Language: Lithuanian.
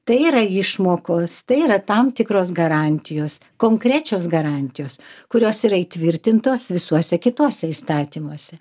tai yra išmokos tai yra tam tikros garantijos konkrečios garantijos kurios yra įtvirtintos visuose kituose įstatymuose